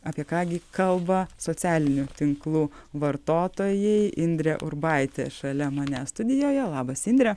apie ką gi kalba socialinių tinklų vartotojai indrė urbaitė šalia manęs studijoje labas indre